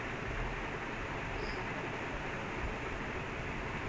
twenty three twenty two he's very young